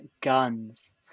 guns